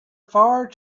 far